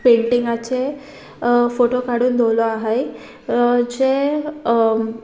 पेंटिंगाचे photo काडून दवरलो आहाय जे